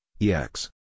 EX